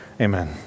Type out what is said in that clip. Amen